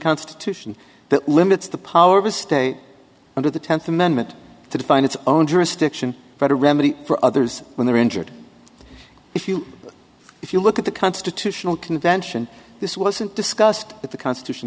constitution that limits the power of a state under the tenth amendment to define its own jurisdiction for remedy for others when they're injured if you if you look at the constitutional convention this wasn't discussed at the constitution